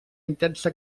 intensa